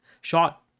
shot